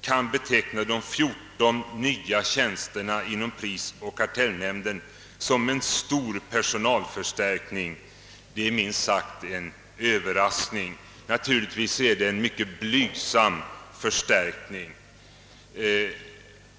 kan beteckna de 14 nya tjänsterna inom prisoch kartellnämnden som en stor personalförstärkning, är minst sagt en Överraskning. Naturligtvis är det en mycket blygsam förstärkning.